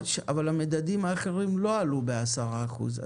המדדים האחרים לא עלו בעשרה אחוז,